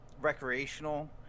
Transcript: recreational